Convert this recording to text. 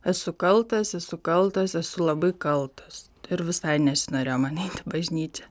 esu kaltas esu kaltas esu labai kaltas ir visai nesinorėjo man eit bažnyčią